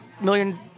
million